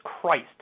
Christ